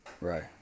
Right